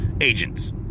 agents